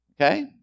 Okay